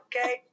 Okay